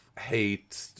hate